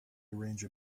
arrange